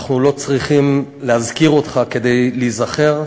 אנחנו לא צריכים להזכיר אותך כדי להיזכר,